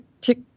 tick